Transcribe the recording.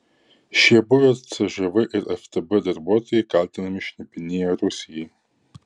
šie buvę cžv ir ftb darbuotojai kaltinami šnipinėję rusijai